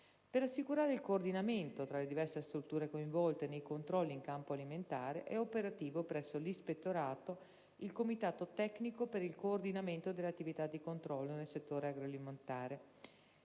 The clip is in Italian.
Per assicurare il coordinamento tra le diverse strutture coinvolte nei controlli in campo alimentare è operativo, presso l'Ispettorato, il comitato tecnico per il coordinamento delle attività di controllo nel settore agroalimentare.